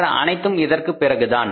மற்ற அனைத்தும் இதற்குப் பிறகுதான்